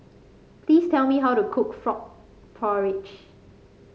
please tell me how to cook Frog Porridge